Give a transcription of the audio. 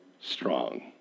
strong